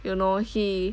you know he